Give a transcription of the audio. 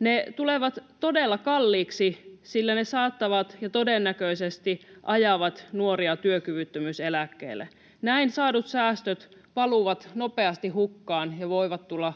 Ne tulevat todella kalliiksi, sillä ne saattavat ajaa ja todennäköisesti ajavat nuoria työkyvyttömyyseläkkeelle. Näin saadut säästöt valuvat nopeasti hukkaan ja voivat tulla